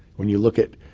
when you look at